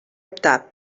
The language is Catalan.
optar